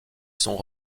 sont